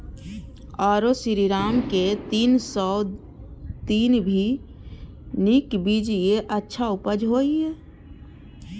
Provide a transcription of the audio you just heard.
आरो श्रीराम के तीन सौ तीन भी नीक बीज ये अच्छा उपज होय इय?